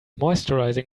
moisturising